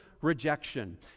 rejection